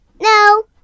No